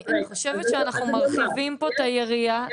אני חושבת שאנחנו מרחיבים פה את יריעה,